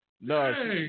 No